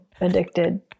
addicted